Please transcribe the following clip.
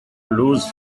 lose